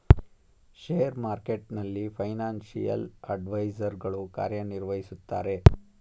share ಮಾರ್ಕೆಟ್ನಲ್ಲಿ financial advisor ಗಳು ಕಾರ್ಯ ನಿರ್ವಹಿಸುತ್ತಾರೆ